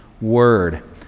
word